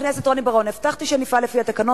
חבר הכנסת רוני בר-און, הבטחתי שנפעל לפי התקנון.